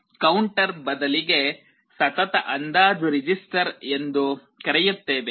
ನಾವು ಕೌಂಟರ್ ಬದಲಿಗೆ ಸತತ ಅಂದಾಜು ರಿಜಿಸ್ಟರ್ ಎಂದು ಕರೆಯುತ್ತೇವೆ